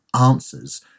answers